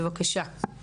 בבקשה.